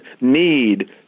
need